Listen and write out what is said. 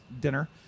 dinner